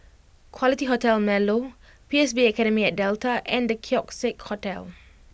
Quality Hotel Marlow P S B Academy at Delta and The Keong Saik Hotel